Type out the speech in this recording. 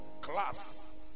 class